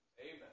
Amen